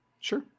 Sure